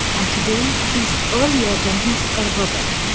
and today, he's earlier than he's ever been,